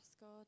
God